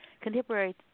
contemporary